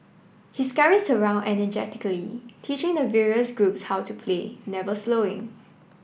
he scurries around energetically teaching the various groups how to play never slowing